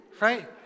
right